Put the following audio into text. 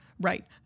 right